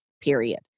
period